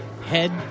Head